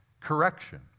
correction